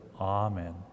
amen